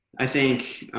i think,